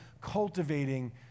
cultivating